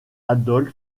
adolf